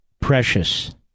precious